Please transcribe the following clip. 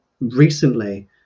recently